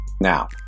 Now